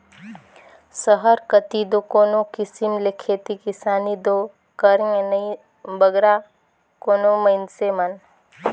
सहर कती दो कोनो किसिम ले खेती किसानी दो करें नई बगरा कोनो मइनसे मन